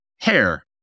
Hair